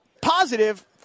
Positive